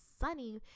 Sunny